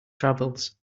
travels